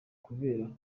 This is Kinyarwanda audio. kubera